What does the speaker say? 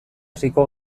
hasiko